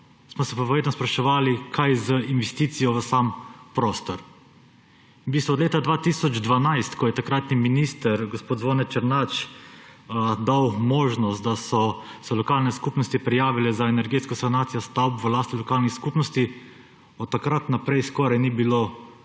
smo se vedno spraševali, kaj z investicijo v sam prostor. Od leta 2012, ko je takratni minister gospod Zvone Černač dal možnost, da so se lokalne skupnosti prijavile za energetsko sanacijo stavb v lasti lokalnih skupnosti, od takrat naprej skoraj ni bilo